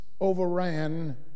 overran